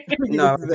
no